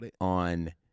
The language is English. on